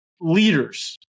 leaders